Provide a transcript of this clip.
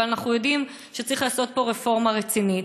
אבל אנחנו יודעים שצריך לעשות פה רפורמה רצינית,